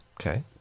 Okay